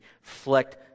reflect